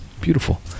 beautiful